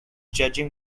judging